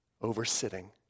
over-sitting